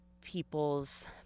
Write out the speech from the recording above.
people's